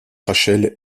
rachel